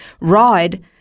ride